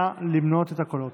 נא למנות את הקולות.